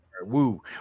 Woo